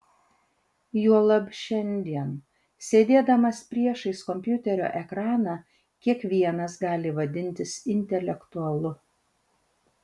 juolab šiandien sėdėdamas priešais kompiuterio ekraną kiekvienas gali vadintis intelektualu